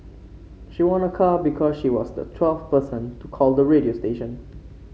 she won a car because she was the twelfth person to call the radio station